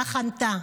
כך ענתה: